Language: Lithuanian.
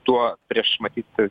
tuo prieš matyt